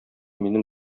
минем